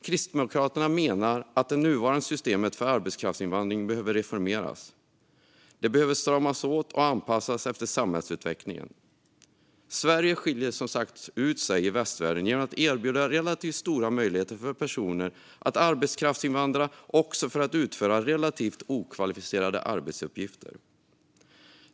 Kristdemokraterna menar att det nuvarande systemet för arbetskraftsinvandring behöver reformeras. Det behöver stramas åt och anpassas efter samhällsutvecklingen. Sverige skiljer ut sig i västvärlden genom att erbjuda relativt stora möjligheter för personer att arbetskraftsinvandra också för att utföra relativt okvalificerade arbetsuppgifter.